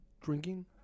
drinking